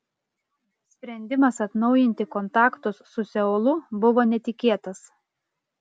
sprendimas atnaujinti kontaktus su seulu buvo netikėtas